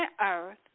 earth